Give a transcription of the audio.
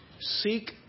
Seek